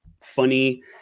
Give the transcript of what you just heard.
funny